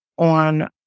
on